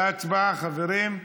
להצבעה, חברים.